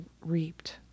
reaped